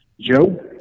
Joe